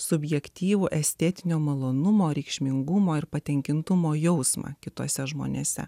subjektyvų estetinio malonumo reikšmingumo ir patenkintumo jausmą kituose žmonėse